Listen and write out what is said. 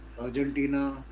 Argentina